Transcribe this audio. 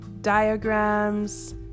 diagrams